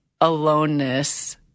aloneness